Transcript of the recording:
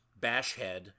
Bashhead